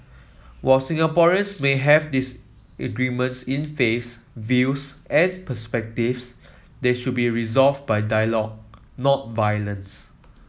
while Singaporeans may have disagreements in faiths views and perspectives they should be resolved by dialogue not violence